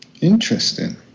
Interesting